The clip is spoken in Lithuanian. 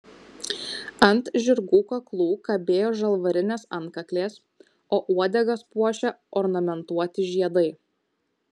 ant žirgų kaklų kabėjo žalvarinės antkaklės o uodegas puošė ornamentuoti žiedai